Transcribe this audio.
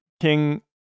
King